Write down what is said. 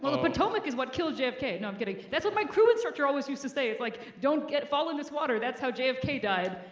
the potomac is what killed jfk, no i'm kidding, that's what my crew instructor always used to say. it's like don't fall in this water, that's how jfk died.